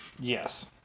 Yes